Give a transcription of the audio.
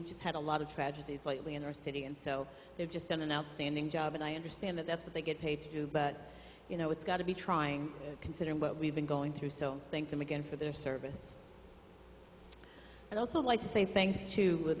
we've just had a lot of tragedies lately in our city and so they've just done an outstanding job and i understand that that's what they get paid to do but you know it's got to be trying considering what we've been going through so thank them again for their service and also like to say thanks to